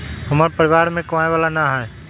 हमरा परिवार में कमाने वाला ना है?